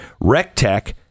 Rectech